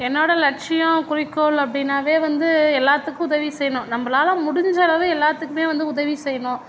என்னோட லட்சியம் குறிக்கோள் அப்படினாவே வந்து எல்லாத்துக்கும் உதவி செய்யணும் நம்மளால் முடிஞ்சளவு எல்லாத்துக்குமே வந்து உதவி செய்யணும்